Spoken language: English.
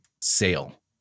sale